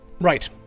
Right